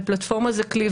ופלטפורמה זה כלי,